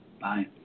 Bye